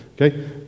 Okay